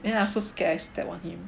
then I was so scared I step on him